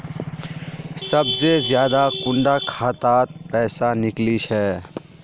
सबसे ज्यादा कुंडा खाता त पैसा निकले छे?